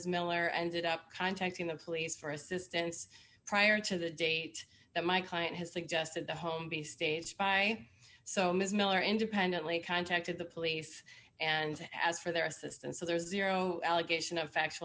miller ended up contacting the police for assistance prior to the date that my client has suggested the home be staged by so ms miller independently contacted the police and as for their assistance there is zero allegation of factual